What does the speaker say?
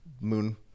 Moon